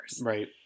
Right